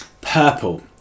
purple